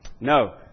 No